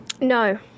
No